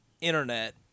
internet